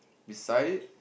beside it